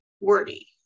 wordy